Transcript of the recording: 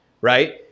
right